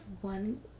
one